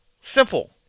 Simple